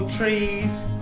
trees